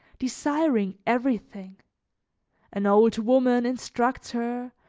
desiring everything an old woman instructs her,